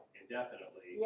indefinitely